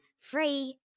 Free